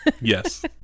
Yes